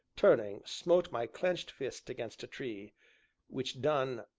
turning, smote my clenched fist against a tree which done,